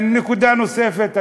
נקודה נוספת,